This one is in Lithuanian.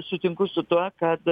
sutinku su tuo kad